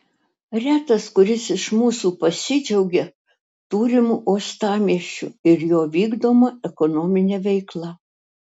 retas kuris iš mūsų pasidžiaugia turimu uostamiesčiu ir jo vykdoma ekonomine veikla